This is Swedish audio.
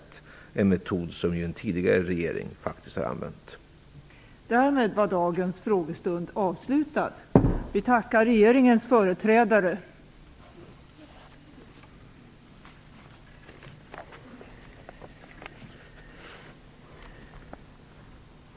Det är en metod som en tidigare regering faktiskt har använt sig av.